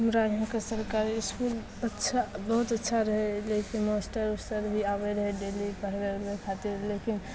हमरा यहाँके सरकारी इसकुल अच्छा बहुत अच्छा रहै जैसे मास्टर सर भी आबै रहै डेली पढ़बै लए खातिर लेकिन